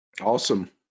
Awesome